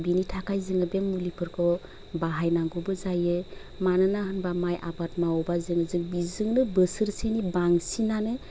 बिनि थाखाय जोङो बे मुलिफोरखौ बाहायनांगौबो जायो मानोना होमबा माय आबाद मावोबा जों जों बिजोंनो बोसोरसेनि बांसिनानो